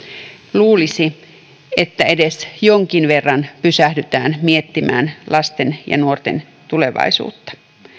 luulisi että edes jonkin verran pysähdytään miettimään lasten ja nuorten tulevaisuutta